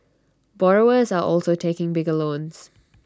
borrowers are also taking bigger loans